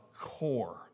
core